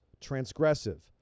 transgressive